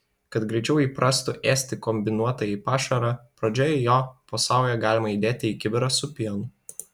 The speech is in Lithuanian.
kad greičiau įprastų ėsti kombinuotąjį pašarą pradžioje jo po saują galima įdėti į kibirą su pienu